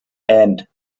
and